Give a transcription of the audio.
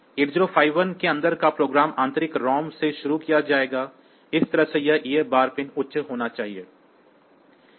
8051 के अंदर का प्रोग्राम आंतरिक रॉम से शुरू किया जाएगा इस तरह से यह EA बार पिन उच्च होना चाहिए